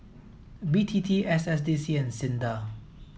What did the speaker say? B T T S S D C and SINDA